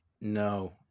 no